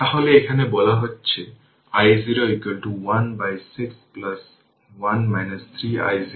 তাহলে এখানে বলা হচ্ছে i0 1 বাই 6 1 3 i0 বাই 3